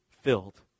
filled